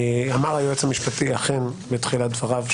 אמר היועץ המשפטי אכן בתחילת דבריו,